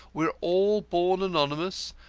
we're all born anonymous,